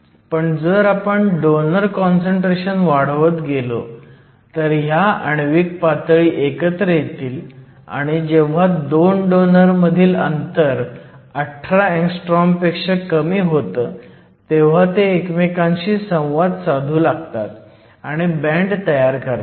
पण जर आपण डोनर काँसंट्रेशन वाढवत गेलो तर ह्या आण्विक पातळी एकत्र येतील आणि जेव्हा 2 डोनर मधील अंतर 18 A° पेक्षा कमी होतं तेव्हा ते एकमेकांशी संवाद साधू लागतात आणि बँड तयार करतात